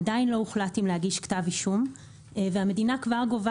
עדיין לא הוחלט אם להגיש כתב אישום והמדינה כבר גובה